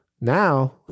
Now